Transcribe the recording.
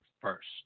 first